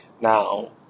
now